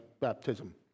baptism